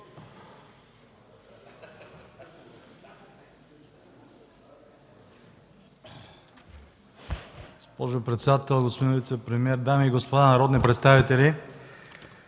Госпожо председател, господин вицепремиер, дами и господа народни представители!